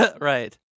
Right